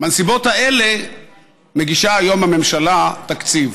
בנסיבות האלה מגישה היום הממשלה תקציב.